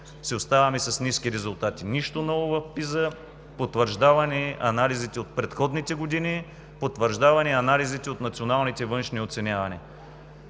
си оставаме с ниски резултати. Нищо ново в PISA – потвърждава ни анализите от предходните години, потвърждава ни анализите от националните външни оценявания.